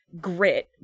grit